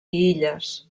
illes